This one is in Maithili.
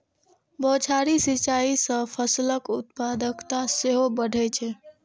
बौछारी सिंचाइ सं फसलक उत्पादकता सेहो बढ़ै छै